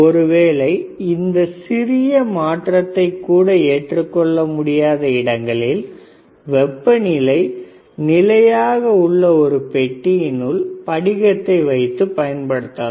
ஒருவேளை இந்த சிறிய மாற்றத்தை கூட ஏற்றுக்கொள்ள முடியாத இடங்களில் வெப்பநிலை நிலையாக உள்ள ஒரு பெட்டியினுள் படிகத்தை வைத்து பயன்படுத்தலாம்